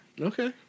Okay